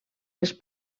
les